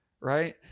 right